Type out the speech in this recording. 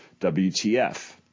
WTF